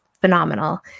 phenomenal